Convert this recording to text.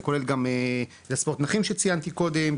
זה כולל גם ספורט נכים שציינתי קודם,